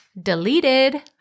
deleted